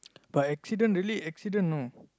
but accident really accident know